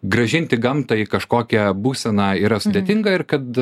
grąžinti gamtai kažkokią būseną yra sudėtinga ir kad